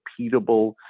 repeatable